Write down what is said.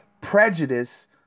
prejudice